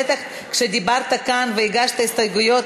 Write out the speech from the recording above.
בטח כשדיברת כאן והגשת הסתייגויות,